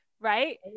right